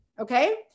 Okay